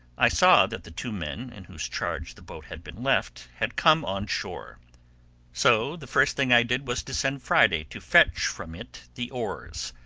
i saw that the two men, in whose charge the boat had been left, had come on shore so the first thing i did was to send friday to fetch from it the oars,